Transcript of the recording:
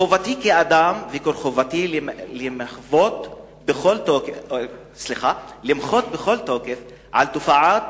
"חובתי כאדם וכרחובותי למחות בכל תוקף על תופעות